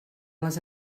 les